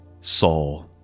Saul